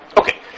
Okay